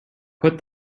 put